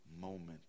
moment